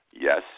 Yes